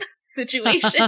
situation